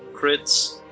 crits